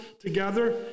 together